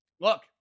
Look